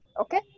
Okay